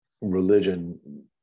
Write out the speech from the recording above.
religion